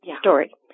story